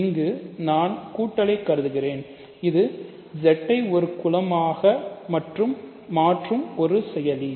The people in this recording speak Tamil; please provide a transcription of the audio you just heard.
இங்கே நான் கூட்டலை கருதுகிறேன் இது Z ஐ ஒரு குலமாக மாற்றும் ஒரு செயலி